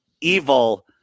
evil